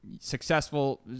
successful